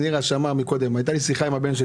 הישיבה נעולה.